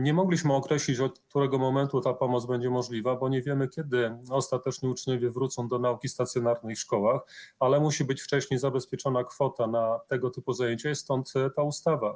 Nie mogliśmy określić, od którego momentu ta pomoc będzie możliwa, bo nie wiemy, kiedy ostatecznie uczniowie wrócą do nauki stacjonarnej w szkołach, ale musi być wcześniej zabezpieczona kwota na tego typu zajęcia i stąd ta ustawa.